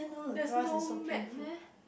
there's no mat meh